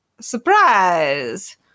surprise